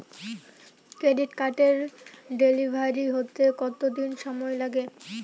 Credit কার্ডের delivery হতে কতদিন সময় লাগে?